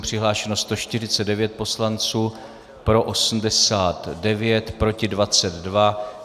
Přihlášeno 149 poslanců, pro 89, proti 22.